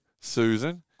Susan